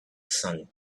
sun